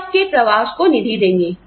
वे आपके प्रवास को निधि देंगे